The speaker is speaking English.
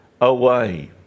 away